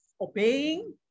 obeying